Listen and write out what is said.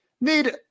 need